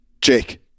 Jake